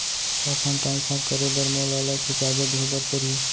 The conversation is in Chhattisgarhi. का फण्ड ट्रांसफर करे बर मोला अलग से चार्ज देहे बर परही?